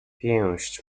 pięść